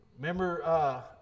Remember